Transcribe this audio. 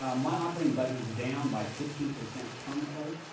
um my operating budget is down by fifteen percent permanently.